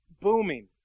booming